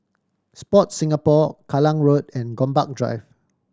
Sport Singapore Kallang Road and Gombak Drive